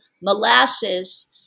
molasses